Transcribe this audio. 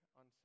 on